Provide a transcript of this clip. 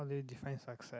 how do you define success